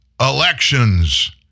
Elections